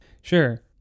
Sure